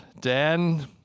Dan